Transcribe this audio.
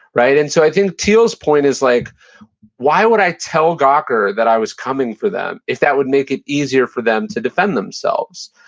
and so i think thiel's point is, like why would i tell gawker that i was coming for them if that would make it easier for them to defend themselves?